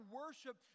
worship